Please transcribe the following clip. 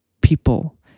people